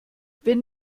wenn